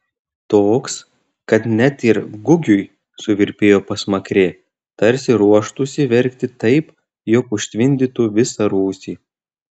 toks kad net ir gugiui suvirpėjo pasmakrė tarsi ruoštųsi verkti taip jog užtvindytų visą rūsį